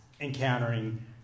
encountering